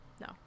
No